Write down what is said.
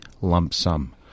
lump-sum